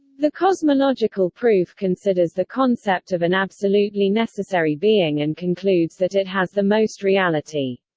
the cosmological proof considers the concept of an absolutely necessary being and concludes that it has the most reality.